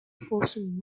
forcing